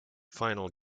final